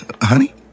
honey